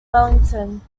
wellington